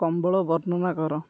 କମ୍ବଳ ବର୍ଣ୍ଣନା କର